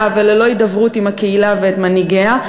וללא הידברות עם הקהילה ומנהיגיה,